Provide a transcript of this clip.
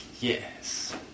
Yes